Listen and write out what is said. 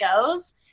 goes